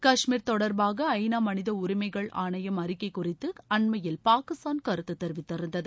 கஷ்மீர் தொடர்பாக ஐ நா மனித உரிமைகள் ஆணையம் அறிக்கை குறித்து அண்மையில் பாகிஸ்தான் கருத்து தெரிவித்திருந்தது